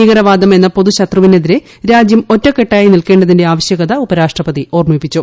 ഭീകരവാദം എന്ന പൊതു ശത്രുവിനെതിരെ രാജ്യം ഒറ്റക്കെട്ടായി നിൽക്കേണ്ടതിന്റെ ആവശ്യകത ഉപരാഷ്ട്രപതി ഓർമ്മിപ്പിച്ചു